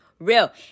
Real